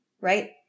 right